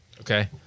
Okay